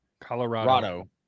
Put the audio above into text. Colorado